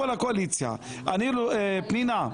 פנינה,